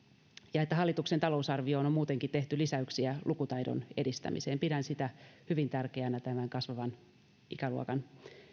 ja että hallituksen talousarvioon on muutenkin tehty lisäyksiä lukutaidon edistämiseen pidän sitä hyvin tärkeänä tämän kasvavan ikäluokan